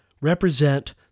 represent